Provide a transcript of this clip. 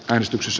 kristus